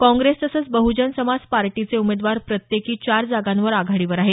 काँग्रेस तसंच बहुजन समाज पार्टीचे उमेदवार प्रत्येकी चार जागांवर आघाडीवर आहेत